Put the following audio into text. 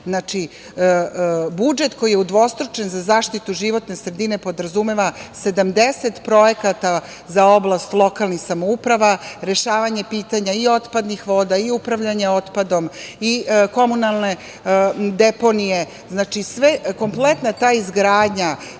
budžet koji je udvostručen za zaštitu životne sredine podrazumeva 70 projekata za oblast lokalnih samouprava, rešavanje pitanja i otpadnih voda i upravljanje otpadom i komunalne deponije, znači, kompletna ta izgradnja,